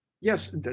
Yes